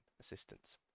assistance